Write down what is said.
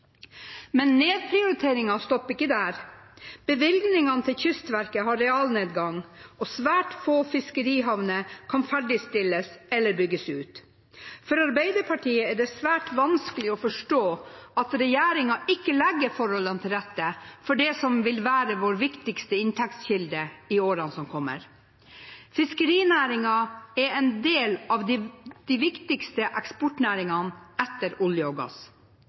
Men nedprioriteringen stopper ikke der. Bevilgningene til Kystverket har realnedgang, og svært få fiskerihavner kan ferdigstilles eller bygges ut. For Arbeiderpartiet er det svært vanskelig å forstå at regjeringen ikke legger forholdene til rette for det som vil være vår viktigste inntektskilde i årene som kommer. Fiskerinæringen er en av de viktigste eksportnæringene etter olje og gass.